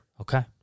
Okay